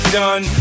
done